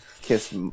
kiss